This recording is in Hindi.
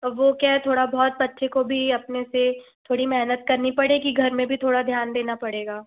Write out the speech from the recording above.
और वो क्या है थोड़ा बहुत बच्चे को भी अपने से थोड़ी मेहनत करनी पड़ेगी घर में भी थोड़ा ध्यान देना पड़ेगा